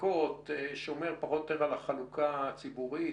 המחיקות שומר פחות או יותר על החלוקה הציבורית,